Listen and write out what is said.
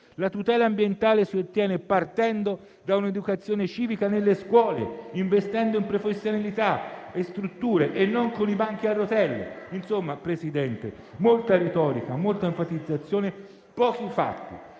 La tutela ambientale si ottiene partendo da un'educazione civica nelle scuole, investendo in professionalità e strutture e non con i banchi a rotelle. Insomma, signor Presidente, molta retorica, molta enfatizzazione, ma pochi fatti.